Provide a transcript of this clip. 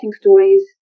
stories